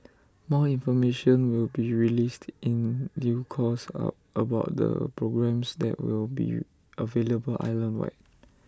more information will be released in due course about the programmes that will be available island wide